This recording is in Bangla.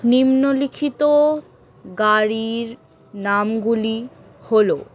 নিম্নলিখিত গাড়ির নামগুলি হল